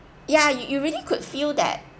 ya you you really could feel that